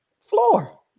floor